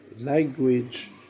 language